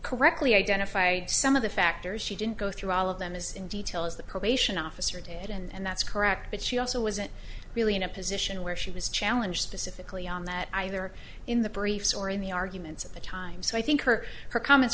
correctly identify some of the factors she didn't go through all of them as in detail as the probation officer did and that's correct but she also wasn't really in a position where she was challenge specifically on that either in the briefs or in the arguments at the time so i think her her comments